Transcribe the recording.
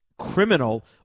criminal